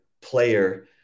player